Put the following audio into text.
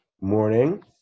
morning